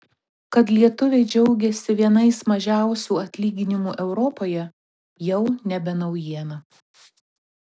kad lietuviai džiaugiasi vienais mažiausių atlyginimų europoje jau nebe naujiena